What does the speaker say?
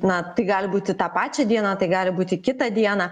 na gali būt tą pačią dieną tai gali būti kitą dieną